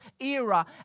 era